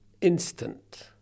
instant